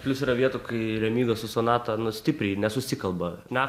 plius yra vietų kai remyga su sonata nu stipriai nesusikalba me